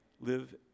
Live